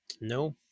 No